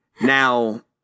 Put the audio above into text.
Now